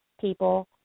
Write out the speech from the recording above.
people